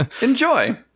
Enjoy